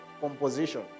composition